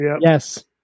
Yes